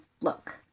look